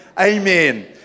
Amen